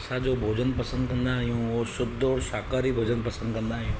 असां जो भोजन पसंदि कंदा आहियूं उहो शुद्ध और शाकाहारी भोजन पसंदि कंदा आहियूं